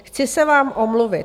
Chci se vám omluvit.